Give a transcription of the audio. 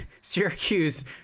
Syracuse